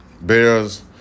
Bears